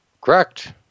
Correct